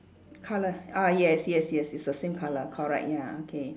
colour ah yes yes yes it's the same colour correct ya okay